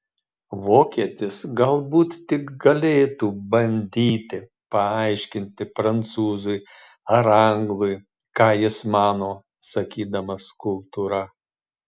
vokietis galbūt tik galėtų bandyti paaiškinti prancūzui ar anglui ką jis mano sakydamas kultūra